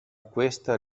questa